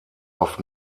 auf